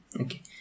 okay